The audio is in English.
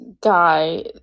guy